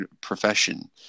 profession